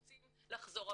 רוצים לחזור הביתה.